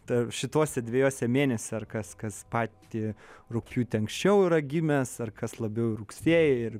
tarp šituose dviejuose mėnesiuose ar kas kas patį rugpjūtį anksčiau yra gimęs ar kas labiau į rugsėjį ir